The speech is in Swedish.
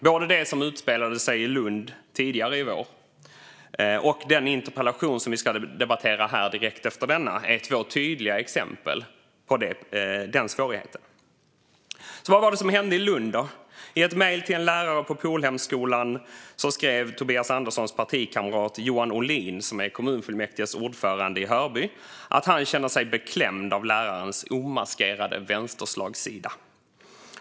Både det som utspelade sig tidigare i våras i Lund och den interpellation som vi ska debattera direkt efter denna är tydliga exempel på den svårigheten. Vad var det som hände i Lund? I ett mejl till en lärare på Polhemskolan skrev Tobias Anderssons partikamrat Johan Ohlin, som är kommunfullmäktiges ordförande i Hörby, att han kände sig beklämd av lärarens omaskerade vänsterslagsida.